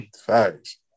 Facts